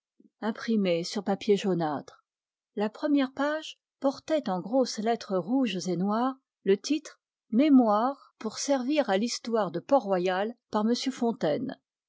imprimés sur papier jaunâtre la première page portait en grosses lettres rouges et noires le titre mémoires pour servir l'histoire de port-royal par m fontaine